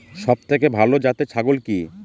সবথেকে ভালো জাতের ছাগল কি?